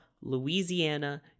Louisiana